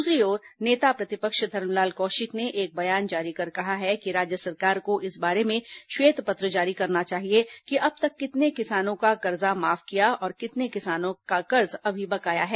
दूसरी ओर नेता प्रतिपक्ष धरमलाल कौशिक ने एक बयान जारी कर कहा है कि राज्य सरकार को इस बारे में श्वेत पत्र जारी करना चाहिए कि अब तक कितने किसानों का कर्जा माफ किया और कितने किसानों का कर्ज अभी बकाया है